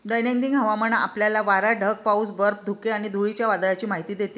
दैनंदिन हवामान आपल्याला वारा, ढग, पाऊस, बर्फ, धुके आणि धुळीच्या वादळाची माहिती देते